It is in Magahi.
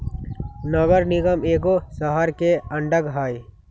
नगर निगम एगो शहरके अङग हइ